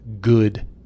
good